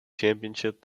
championship